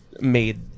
made